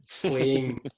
playing